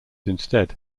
instead